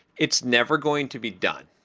it's never going to be done.